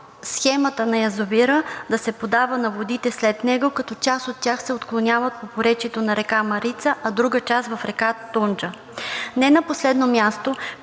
схемата на язовира да се подава на водите след него, като част от тях се отклоняват по поречието на река Марица, а друга част в река Тунджа. Не на последно място,